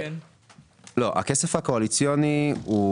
הכסף הקואליציוני הוא